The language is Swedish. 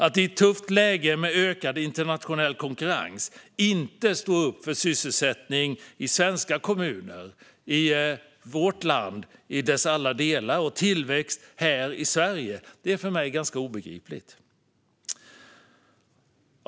Att i ett tufft läge med ökad internationell konkurrens inte stå upp för sysselsättning i svenska kommuner och i vårt lands alla delar och tillväxt här i Sverige är för mig obegripligt.